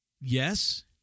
Yes